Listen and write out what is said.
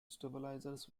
stabilizers